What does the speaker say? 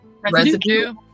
residue